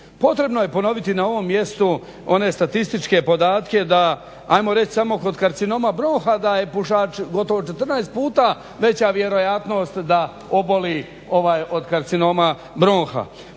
Potrebno je ponoviti na ovom mjestu one statističke podatke da ajmo reći samo kod karcinoma bronha da je pušač gotovo 14 puta veća vjerojatnost da oboli od karcinoma bronha.